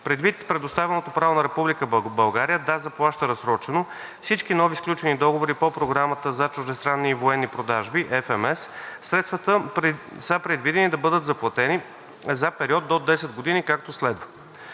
Предвид предоставеното право на Република България да заплаща разсрочено всички нови сключени договори по Програмата за чуждестранни военни продажби (FMS), средствата са предвидени да бъдат заплатени за период до 10 години, както следва.